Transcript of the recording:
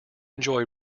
enjoy